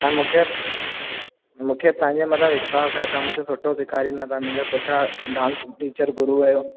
ऐं मूंखे मूंखे तव्हांजे मथां विश्वास आहे तव्हां मूंखे सुठो सेखारींदा तव्हां मुंहिंजा सुठा डांस टीचर गुरू आहियो